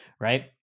right